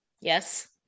Yes